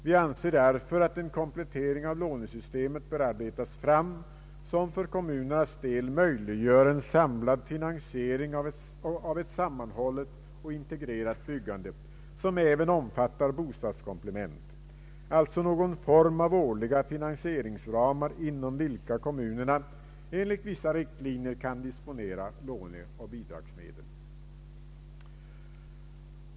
Vi önskar att en komplettering av lånesystemet arbetas fram för att i kommunerna möjliggöra en samlad finansiering av ett sammanhållet och integrerat byggande som även omfattar bostadskomplement, alltså någon form av årliga finansieringsramar inom vilka kommunerna enligt vissa riktlinjer kan disponera låneoch bidragsmedel.